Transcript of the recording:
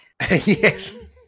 yes